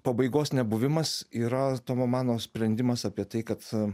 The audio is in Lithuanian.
pabaigos nebuvimas yra tomo mano sprendimas apie tai kad